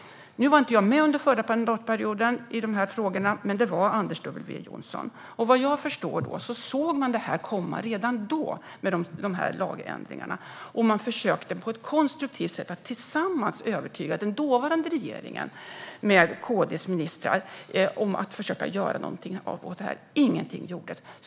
Nu var inte jag med i behandlingen av de här frågorna under förra mandatperioden, men det var Anders W Jonsson. Vad jag förstår såg man behovet av lagändringar redan då. Man försökte på ett konstruktivt sätt tillsammans övertyga den dåvarande regeringen med KD:s ministrar om att detta måste åtgärdas. Men ingenting gjordes.